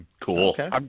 cool